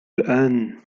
الآن